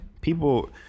People